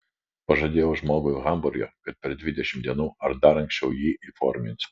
pažadėjau žmogui hamburge kad per dvidešimt dienų ar dar anksčiau jį informuosiu